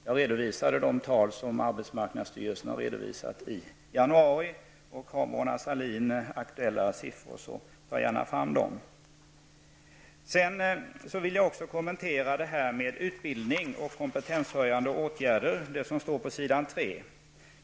Jag redovisade de tal som arbetsmarknadsstyrelsen har tagit fram i januari. Har Mona Sahlin aktuellare siffror, så ta gärna fram dem. Sedan vill jag något kommentera det här med utbildning och kompetenshöjande åtgärder, det som står på s. 3 i det skrivna svaret.